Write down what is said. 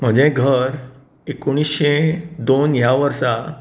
म्हजें घर एकुणीश्शे दोन ह्या वर्सा